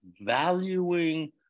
valuing